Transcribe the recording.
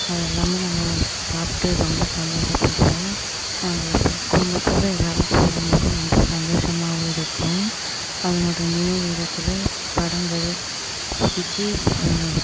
அது எல்லாம் நாங்கள் சாப்பிட்டு ரொம்ப சந்தோஷப்படுவோம் நாங்கள் ஃபேம் குடும்பத்தோடய எல்லோரும் போகும் போது ரொம்ப சந்தோஷமாகவும் இருக்கும் அதனோடய நினைவு இடத்தில் படங்கள் பிடிச்சி